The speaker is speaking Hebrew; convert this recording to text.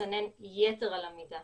שמסנן יתר על המידה,